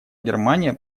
германия